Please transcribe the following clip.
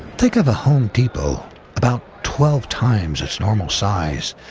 think of a home depot about twelve times its normal size,